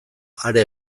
are